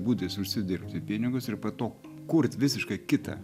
būdais užsidirbti pinigus ir po to kurt visiškai kitą